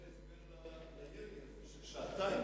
יש לך הסבר לירי לפני שעתיים?